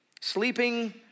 sleeping